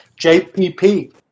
JPP